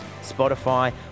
Spotify